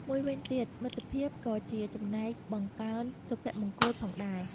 មួយវិញទៀត មិត្តភាពក៏ជាចំណែកបង្កើនសុភមង្គល ផងដែរ។